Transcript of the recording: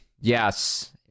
yes